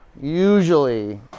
Usually